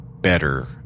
better